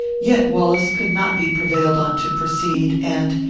yet wallace could not be prevailed on to proceed and,